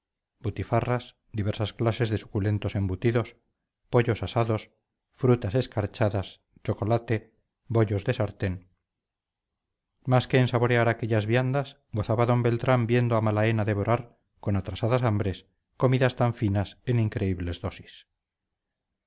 butifarras diversas clases de suculentos embutidos pollos asados frutas escarchadas chocolate bollos de sartén más que en saborear aquellas viandas gozaba d beltrán viendo a malaena devorar con atrasadas hambres comidas tan finas en increíbles dosis